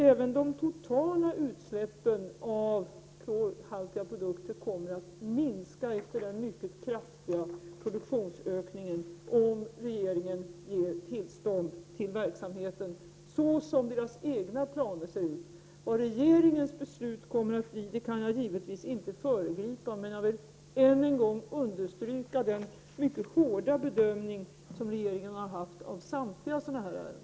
Även de totala utsläppen av klorhaltiga produkter kommer att minska efter den mycket kraftiga produktionsökningen, om regeringen ger tillstånd till verksamheten, detta enligt företagets egna planer. Jag kan inte föregripa regeringens beslut, men jag vill än en gång understryka den mycket hårda bedömning som regeringen har gjort i samtliga sådana ärenden.